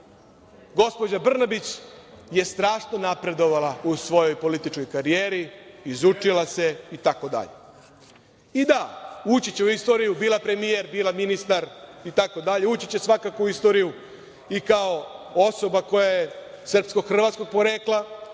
gospođa Brnabić, je strašno napredovala u svojoj političkoj karijeri, izučila se itd. I, da, ući će u istoriju, bila premijer, bila ministar itd, ući će svakako u istoriju i kao osoba koja je srpsko-hrvatskog porekla,